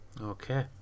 okay